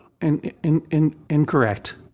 Incorrect